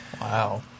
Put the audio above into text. Wow